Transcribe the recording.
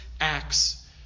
acts